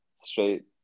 straight